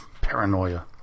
paranoia